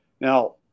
Now